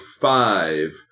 five